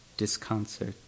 disconcert